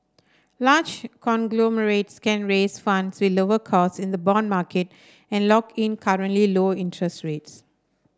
large conglomerates can raise funds with lower costs in the bond market and lock in currently low interest rates